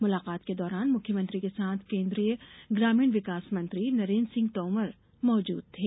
मुलाकात के दौरान मुख्यमंत्री के साथ केन्द्रीय ग्रामीण विकास मंत्री नरेन्द्र सिंह तोमर मौजूद थे